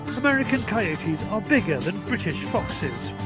american coyotes are bigger than british foxes,